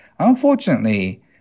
Unfortunately